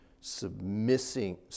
submitting